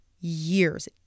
years